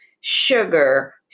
sugar